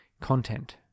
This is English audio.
content